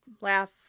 laugh